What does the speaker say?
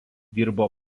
dirbo